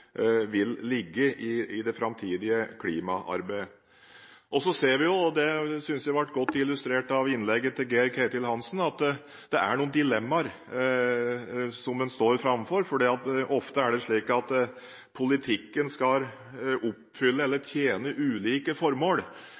vil ligge i det framtidige klimaarbeidet. Vi ser – og det synes jeg ble godt illustrert av innlegget til Geir-Ketil Hansen – at det er noen dilemmaer man står overfor, for det er ofte slik at politikken skal tjene ulike formål.